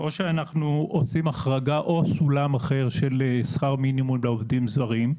או שאנחנו עושים החרגה או סולם אחר של שכר מינימום לעובדים זרים,